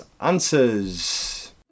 answers